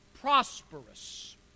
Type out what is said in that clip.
prosperous